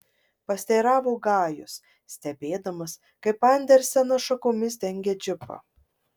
pasiteiravo gajus stebėdamas kaip andersenas šakomis dengia džipą